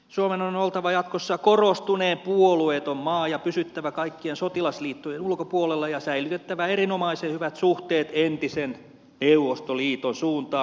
suomen on oltava jatkossa korostuneen puolueeton maa ja pysyttävä kaikkien sotilasliittojen ulkopuolella ja säilytettävä erinomaisen hyvät suhteet entisen neuvostoliiton suuntaan